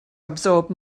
absorb